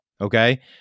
okay